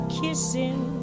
kissing